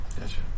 Gotcha